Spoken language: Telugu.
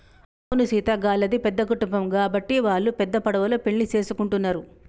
అవును సీత గళ్ళది పెద్ద కుటుంబం గాబట్టి వాల్లు పెద్ద పడవలో పెండ్లి సేసుకుంటున్నరు